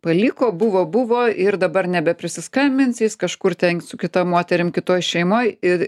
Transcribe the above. paliko buvo buvo ir dabar nebeprisiskambinsi jis kažkur ten su kita moterim kitoj šeimoj ir